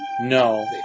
No